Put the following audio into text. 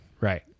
Right